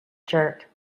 jerk